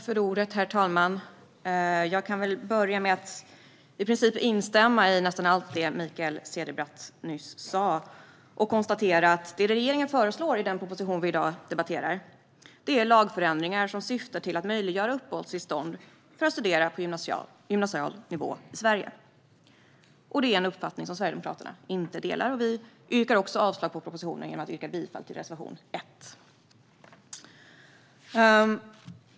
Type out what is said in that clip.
Herr talman! Jag börjar med att instämma i i princip allt det Mikael Cederbratt nyss sa. I den proposition som vi debatterar föreslår regeringen lagförändringar som syftar till att göra det möjligt att få uppehållstillstånd för att studera på gymnasial nivå i Sverige. Sverigedemokraterna håller inte med om att det ska vara möjligt. Vi yrkar också avslag på propositionen genom att yrka bifall till reservation 1.